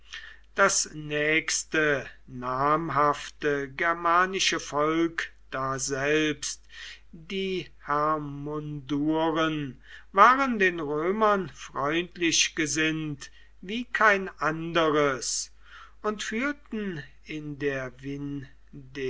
das nächste namhafte germanische volk daselbst die hermunduren waren den römern freundlich gesinnt wie kein anderes und führten in der